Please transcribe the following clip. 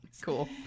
Cool